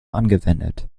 angewendet